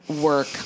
work